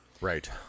Right